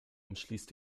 umschließt